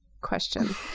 question